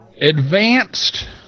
advanced